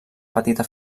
petita